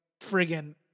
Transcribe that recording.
friggin